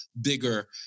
bigger